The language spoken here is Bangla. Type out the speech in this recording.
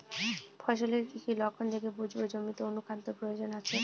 ফসলের কি কি লক্ষণ দেখে বুঝব জমিতে অনুখাদ্যের প্রয়োজন আছে?